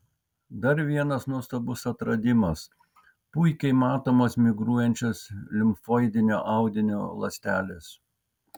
dar vienas nuostabus atradimas puikiai matomos migruojančios limfoidinio audinio ląstelės